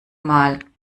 mal